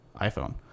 iPhone